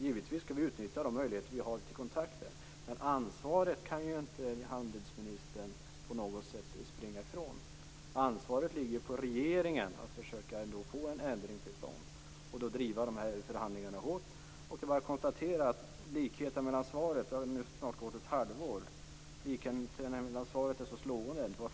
Givetvis skall vi utnyttja de möjligheter vi har till kontakter, men ansvaret kan handelsministern inte springa ifrån. Ansvaret för att försöka få en ändring till stånd och att då driva förhandlingarna hårt ligger på regeringen. Det är bara att konstatera att likheten mellan svaret i dag och det svar jag fick för snart ett halvår sedan är slående.